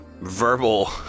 verbal